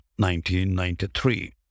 1993